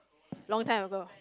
long time ago